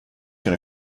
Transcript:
can